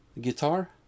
Guitar